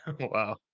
Wow